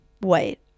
wait